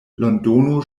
londono